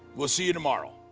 we'll see you tomorrow.